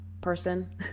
person